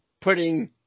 putting